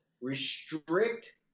Restrict